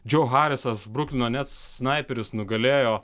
džo harisas bruklino nets snaiperis nugalėjo